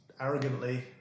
arrogantly